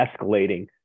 escalating